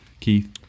Keith